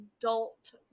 adult